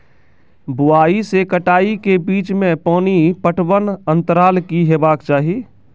बुआई से कटाई के बीच मे पानि पटबनक अन्तराल की हेबाक चाही?